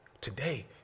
today